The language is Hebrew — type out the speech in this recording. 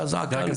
אגב,